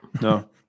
No